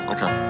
Okay